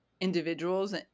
individuals